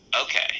Okay